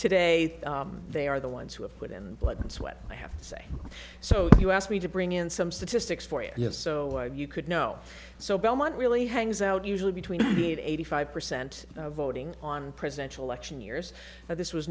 today they are the ones who have put in blood and sweat i have to say so you asked me to bring in some statistics for you you have so you could know so belmont really hangs out usually between the eighty five percent voting on presidential election years and this was